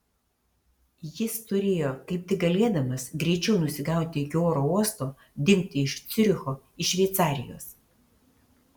jis turėjo kaip tik galėdamas greičiau nusigauti iki oro uosto dingti iš ciuricho iš šveicarijos